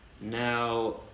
Now